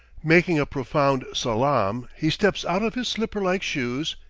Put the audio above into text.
making a profound salaam, he steps out of his slipper-like shoes,